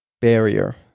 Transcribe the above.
barrier